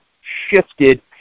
shifted